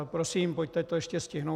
Prosím, pojďte to ještě stihnout.